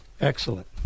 Excellent